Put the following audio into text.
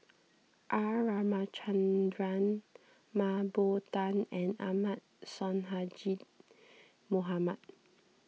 R Ramachandran Mah Bow Tan and Ahmad Sonhadji Mohamad